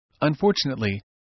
Unfortunately